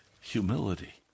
humility